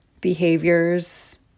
behaviors